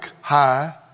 high